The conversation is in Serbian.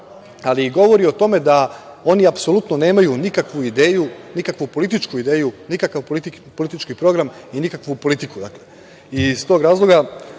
ali govori o tome da oni apsolutno nemaju nikakvu ideju, nikakvu političku ideju, nikakav politički program i nikakvu politiku. Iz tog razloga